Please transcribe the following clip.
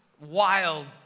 wild